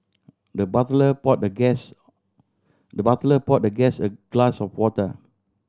the butler poured the guest the butler poured the guest a glass of water